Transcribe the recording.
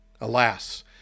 Alas